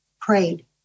prayed